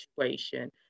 situation